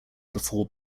before